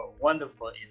wonderful